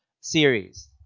series